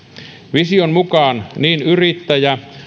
vision mukaan niin yrittäjä